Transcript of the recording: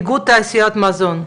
מאיגוד תעשיית המזון.